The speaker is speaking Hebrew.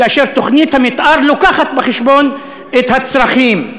כאשר תוכנית המתאר מביאה בחשבון את הצרכים?